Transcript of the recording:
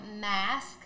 mask